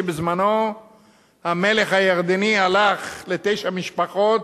שבזמנו המלך הירדני הלך לתשע משפחות,